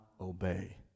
obey